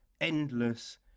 endless